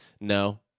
No